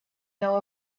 know